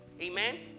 Amen